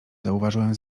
zauważyłem